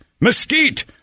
mesquite